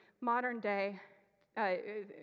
modern-day